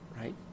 right